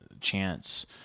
chance